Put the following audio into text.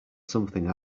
something